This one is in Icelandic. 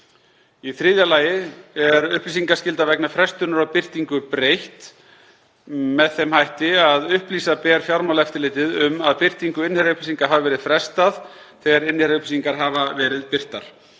Í þriðja lagi er upplýsingaskyldu vegna frestunar á birtingu breytt með þeim hætti að upplýsa ber Fjármálaeftirlitið um að birtingu innherjaupplýsinga hafi verið frestað þegar innherjaupplýsingar hafa verið birtar.